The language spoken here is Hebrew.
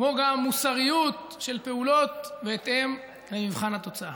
כמו גם מוסריות של פעולות, בהתאם למבחן התוצאה.